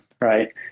right